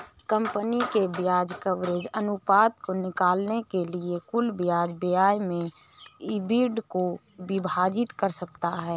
company के ब्याज coverage अनुपात को निकालने के लिए कुल ब्याज व्यय से ईबिट को विभाजित किया जाता है